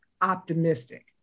optimistic